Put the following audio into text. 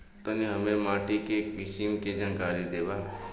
तनि हमें माटी के किसीम के जानकारी देबा?